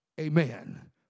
Amen